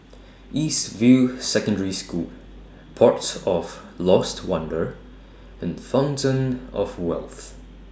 East View Secondary School Port of Lost Wonder and Fountain of Wealth